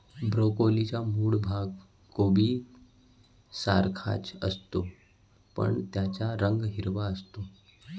ब्रोकोलीचा मूळ भाग कोबीसारखाच असतो, पण त्याचा रंग हिरवा असतो